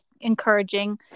encouraging